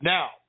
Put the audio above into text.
Now